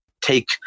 take